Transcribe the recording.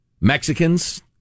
Mexicans